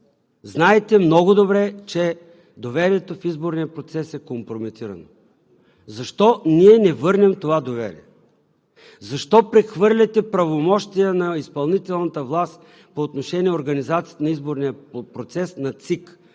Знаете много добре, че доверието в изборния процес е компрометирано. Защо ние не върнем това доверие? Защо прехвърляте правомощията на изпълнителната власт по отношение организацията на изборния процес на ЦИК?